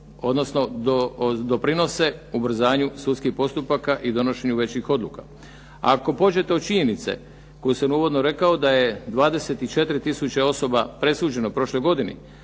odnosno doprinose ubrzanju sudskih postupaka i donošenju većih odluka. Ako pođete od činjenice koju sam uvodno rekao da je 24 tisuće osoba presuđeno u prošloj godini,